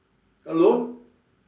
alone